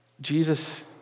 Jesus